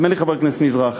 נדמה לי חבר הכנסת מזרחי.